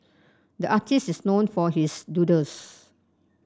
the artist is known for his doodles